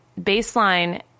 baseline